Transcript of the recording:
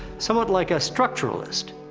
somewhat like a structuralist.